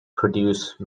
produce